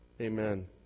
Amen